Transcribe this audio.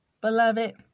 Beloved